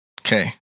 Okay